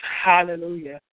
hallelujah